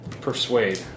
Persuade